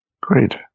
Great